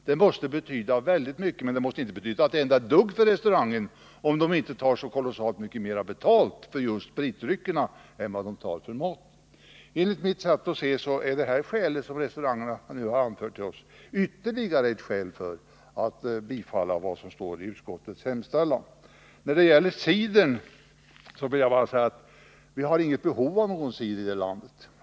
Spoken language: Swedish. Detta måste betyda väldigt mycket för konsumenten, men det kan inte betyda så mycket för restaurangen, om den inte tar kolossalt mycket mer betalt för spritdryckerna än för maten. Enligt mitt sätt att se är det skäl som restaurangerna anfört ytterligare ett skäl för bifall till vad som står i utskottets hemställan. När det gäller cider vill jag bara säga: Vi har inget behov av cider i det här landet.